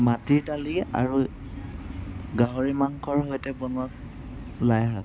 মাটিৰ দালি আৰু গাহৰি মাংসৰ সৈতে বনোৱা লাইশাক